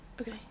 Okay